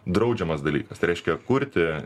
draudžiamas dalykas tai reiškia kurti